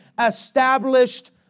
established